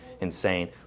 insane